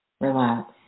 relax